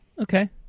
Okay